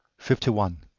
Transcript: fifty one.